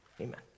amen